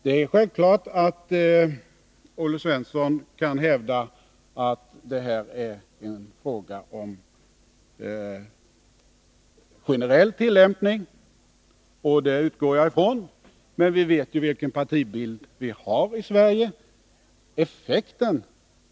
Det är självklart att Olle Svensson kan hävda att detta är en fråga om generell tillämpning, och det utgår jag ifrån. Men vi vet ju vilken partibild vi har i Sverige.